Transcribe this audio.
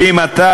ואם אתה,